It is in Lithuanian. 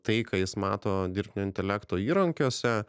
tai ką jis mato dirbtinio intelekto įrankiuose